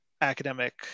academic